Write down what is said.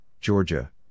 Georgia